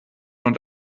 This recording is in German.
und